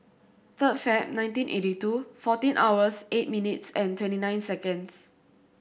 third Feb nineteen eighty two fourteen hours eight minutes and twenty nine seconds